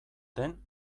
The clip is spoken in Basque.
den